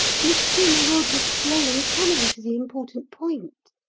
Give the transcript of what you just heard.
monsieur merode was slow in coming to the important point.